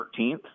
13th